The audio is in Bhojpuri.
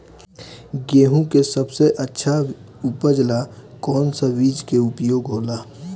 गेहूँ के सबसे अच्छा उपज ला कौन सा बिज के उपयोग होला?